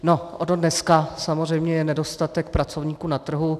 No, on dneska je samozřejmě nedostatek pracovníků na trhu.